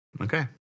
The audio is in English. Okay